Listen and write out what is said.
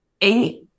eight